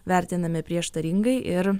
vertinami prieštaringai ir